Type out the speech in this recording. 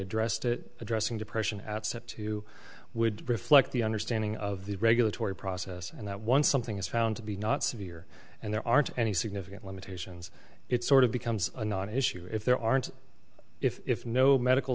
addressed it addressing oppression at sept two would reflect the understanding of the regulatory process and that once something is found to be not severe and there aren't any significant limitations it sort of becomes a non issue if there aren't if no medical